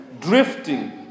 drifting